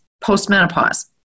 post-menopause